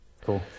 Cool